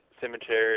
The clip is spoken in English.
cemetery